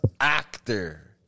Actor